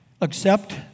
accept